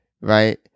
right